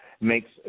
makes